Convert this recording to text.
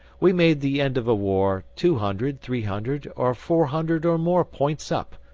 we made the end of a war two hundred, three hundred, or four hundred or more points up,